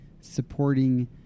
supporting